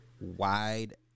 wide